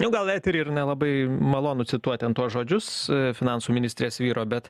nu gal etery ir nelabai malonu cituot ten tuos žodžius finansų ministrės vyro bet